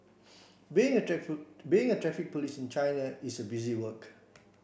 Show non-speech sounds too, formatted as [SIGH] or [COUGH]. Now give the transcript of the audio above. being a [UNINTELLIGIBLE] being a Traffic Police in China is busy work